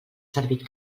servit